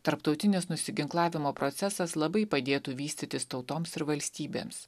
tarptautinis nusiginklavimo procesas labai padėtų vystytis tautoms ir valstybėms